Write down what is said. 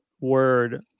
word